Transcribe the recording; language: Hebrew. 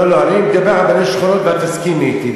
לא, אני מדבר על רבני שכונות, ואת תסכימי אתי.